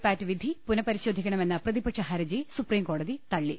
പാറ്റ് വിധി പുനഃപരിശോധിക്കണമെന്ന പ്രതിപക്ഷ ഹരജി സുപ്രീംകോടതി തള്ളി